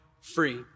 free